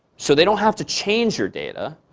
so they don't have to change your data.